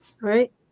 right